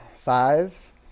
Five